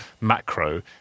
macro